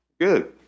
good